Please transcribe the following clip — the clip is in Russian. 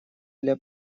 для